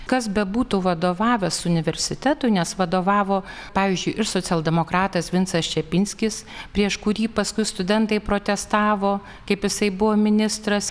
kas bebūtų vadovavęs universitetui nes vadovavo pavyzdžiui ir socialdemokratas vincas čepinskis prieš kurį paskui studentai protestavo kaip jisai buvo ministras